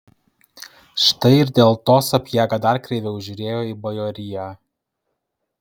štai ir dėl to sapiega dar kreiviau žiūrėjo į bajoriją